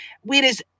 whereas